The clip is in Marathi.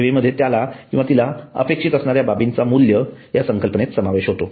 सेवेमध्ये त्याला किंवा तिला अपेक्षित असणाऱ्या बाबींचा मूल्य या संकल्पनेत समावेश होतो